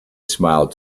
smiled